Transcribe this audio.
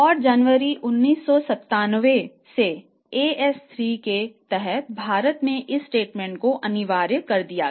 और जनवरी 1997 से AS3 के तहत भारत में इस स्टेटमेंट को अनिवार्य कर दिया गया